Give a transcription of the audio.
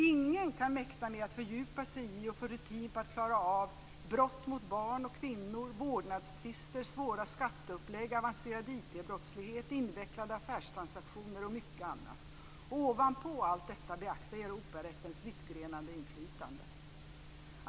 Ingen kan mäkta med att fördjupa sig i, och få rutin på, att klara av brott mot barn och kvinnor, vårdnadstvister, svåra skatteupplägg, avancerad IT-brottslighet, invecklade affärstransaktioner och mycket annat och ovanpå allt detta beakta Europarättens vittförgrenade inflytande.